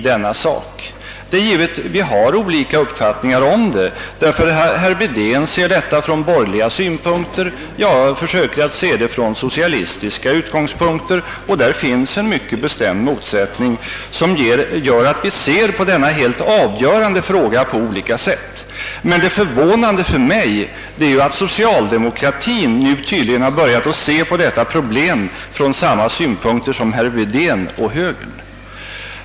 Det är givet att vi har olika uppfattningar; herr Wedén ser det från borgerlig synpunkt, jag försöker att se det från socialistiska utgångspunkter, och där finns en mycket bestämd motsättning som gör att vi ser på olika sätt på denna helt avgörande fråga. Men det förvånande för mig är att socialdemokratin nu tydligen börjat se detta problem från samma synpunkter som herr Wedén och högern.